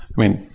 i mean,